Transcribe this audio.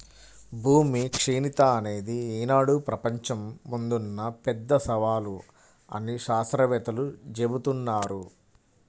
భూమి క్షీణత అనేది ఈనాడు ప్రపంచం ముందున్న పెద్ద సవాలు అని శాత్రవేత్తలు జెబుతున్నారు